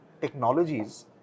technologies